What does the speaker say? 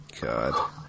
God